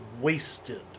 wasted